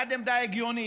בעד עמדה הגיונית.